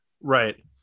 Right